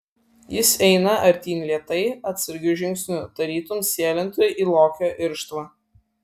jis eina artyn lėtai atsargiu žingsniu tarytum sėlintų į lokio irštvą